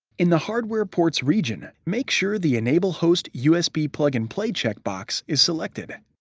in the hardware ports region, make sure the enable host usb plug and play checkbox is selected.